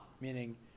Meaning